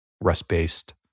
Rust-based